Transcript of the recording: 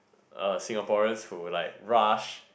uh Singaporeans who like rush